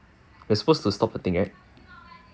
they suppose to stop the thing right